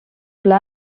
pla